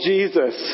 Jesus